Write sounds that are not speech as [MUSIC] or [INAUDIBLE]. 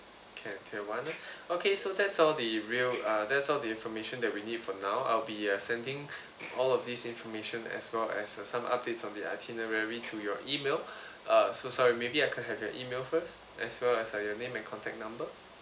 can tier one ah okay so that's all the real uh that's all the information that we need for now I'll be uh sending [BREATH] all of these information as well as uh some updates of the itinerary to your email [BREATH] uh so sorry maybe I can have your email first as well as your name and contact number